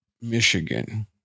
Michigan